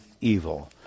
evil